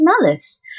malice